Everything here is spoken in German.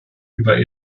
über